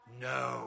No